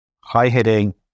high-hitting